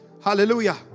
Hallelujah